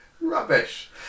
rubbish